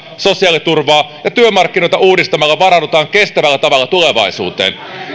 sosiaaliturvaa ja työmarkkinoita uudistamalla varaudutaan kestävällä tavalla tulevaisuuteen